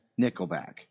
Nickelback